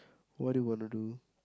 what do you wanna do